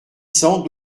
cents